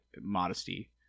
modesty